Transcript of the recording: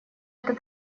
это